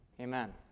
Amen